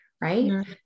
right